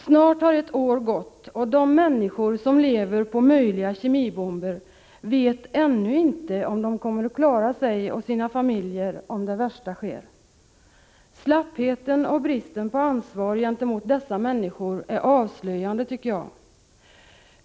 Snart har ett år gått, och de människor som lever på ”möjliga kemibomber” vet ännu inte om de kommer att klara sig och sina familjer om det värsta sker. Slappheten och bristen på ansvar gentemot dessa människor är avslöjande.